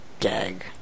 Gag